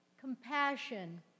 Compassion